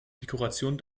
dekoration